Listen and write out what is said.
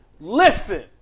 listen